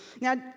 Now